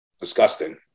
disgusting